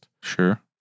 sure